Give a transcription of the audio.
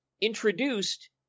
introduced